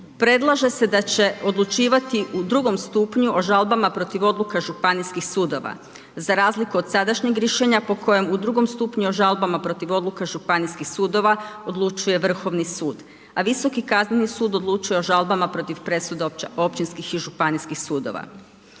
predlaže se da će odlučivati u drugom stupnju o žalbama protiv odluka županijskih sudova za razliku od sadašnjeg rješenja po kojem u drugom stupnju o žalbama protiv odluka županijskih sudova odlučuje Vrhovni sud a Visoki kazneni sud odlučuje o žalbama protiv presuda općinskih i županijskih sudova.